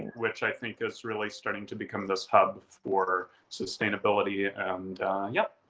which i think is really starting to become this hub for sustainability, and yeah.